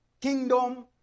Kingdom